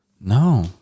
No